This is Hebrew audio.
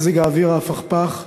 מזג האוויר הפכפך,